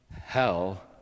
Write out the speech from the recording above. hell